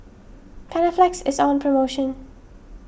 Panaflex is on promotion